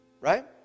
right